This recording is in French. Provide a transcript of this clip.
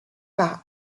par